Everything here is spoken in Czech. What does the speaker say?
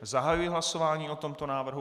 Zahajuji hlasování o tomto návrhu.